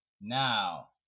Now